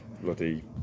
Bloody